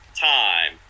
time